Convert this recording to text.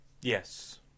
Yes